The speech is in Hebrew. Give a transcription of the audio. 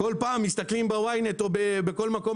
כל פעם מסתכלים ב-Ynet או בכל מקום